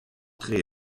tre